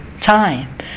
time